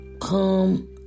come